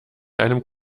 einem